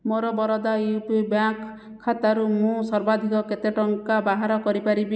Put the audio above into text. ମୋର Baroda U P bank ଖାତାରୁ ମୁଁ ସର୍ବାଧିକ କେତେ ଟଙ୍କା ବାହାର କରିପାରିବି